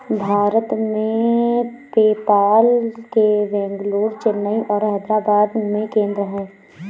भारत में, पेपाल के बेंगलुरु, चेन्नई और हैदराबाद में केंद्र हैं